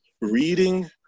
reading